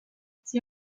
sie